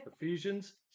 Ephesians